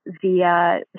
via